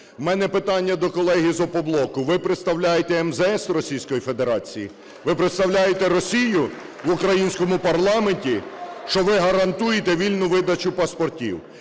У мене питання до колег із "Опоблоку". Ви представляєте МЗС Російської Федерації? Ви представляєте Росію в українському парламенті, що ви гарантуєте вільну видачу паспортів?